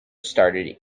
started